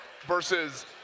versus